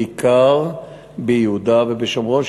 בעיקר ביהודה ובשומרון,